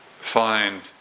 find